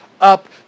up